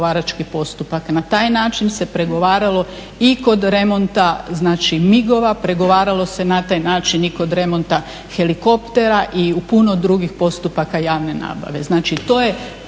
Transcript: Na taj način se pregovaralo i kod remonta, znači MIG-ova, pregovaralo se na taj način i kod remonta helikoptera i u puno drugih postupaka javne nabave. Znači to je